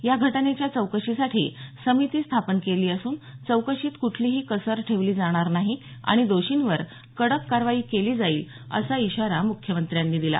या घटनेच्या चौकशीसाठी समिती स्थापन केली असून चौकशीत कुठलीही कसर ठेवली जाणार नाही आणि दोषींवर कडक कारवाई केली जाईल असा इशारा मुख्यमंत्र्यांनी दिला